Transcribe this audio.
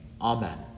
Amen